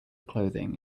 clothing